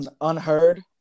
unheard